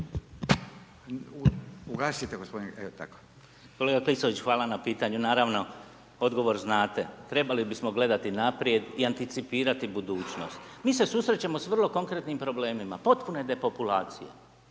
Richembergh, Goran (GLAS)** Kolega Klisović hvala na pitanju. Naravno, odgovor znate. Trebali bismo gledati naprijed i anticipirati budućnost. Mi se susrećemo s vrlo konkretnim problemima potpune depopulacije.